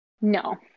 no